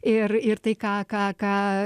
ir ir tai ką ką ką